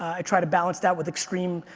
i try to balance that with extreme,